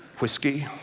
whiskey,